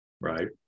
right